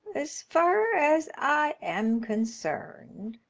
as far as i am concerned,